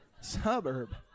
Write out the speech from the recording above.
suburb